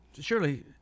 surely